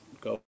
go